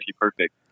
perfect